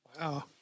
Wow